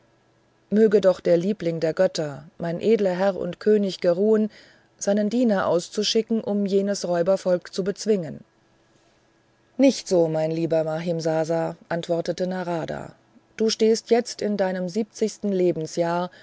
möge doch der liebling der götter mein edler herr und könig geruhen seinen diener auszuschicken um jenes räubervolk zu bezwingen nicht so mein lieber mahimsasa antwortete narada du stehst jetzt in deinem siebzigsten lebensjahr